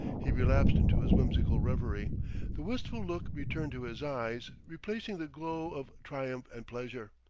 he relapsed into his whimsical reverie the wistful look returned to his eyes, replacing the glow of triumph and pleasure.